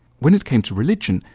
when it came to religion,